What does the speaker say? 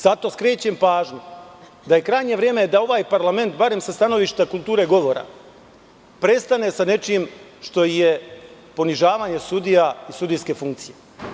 Zato skrećem pažnju da je krajnje vreme da ovaj parlament, barem sa stanovišta kulture govora, prestane sa nečim što je ponižavanje sudija i sudijske funkcije.